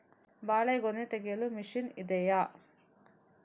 ಬಾಳೆಗೊನೆ ತೆಗೆಯಲು ಮಷೀನ್ ಇದೆಯಾ?